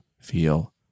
feel